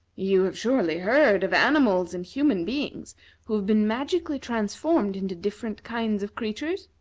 you have surely heard of animals and human beings who have been magically transformed into different kinds of creatures?